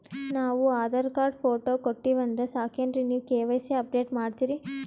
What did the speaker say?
ನಾವು Aadhaar card, photo ಕೊಟ್ಟೀವಂದ್ರ ಸಾಕೇನ್ರಿ ನೀವ ಕೆ.ವೈ.ಸಿ ಅಪಡೇಟ ಮಾಡ್ತೀರಿ?